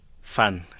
Fun